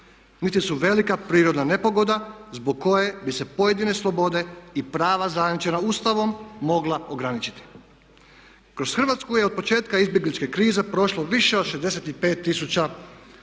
niti su velika prirodna nepogoda zbog koje bi se pojedine slobode i prava zajamčena Ustavom mogla ograničiti. Kroz Hrvatsku je od početka izbjegličke krize prošlo više od 650 tisuća